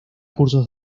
cursos